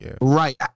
Right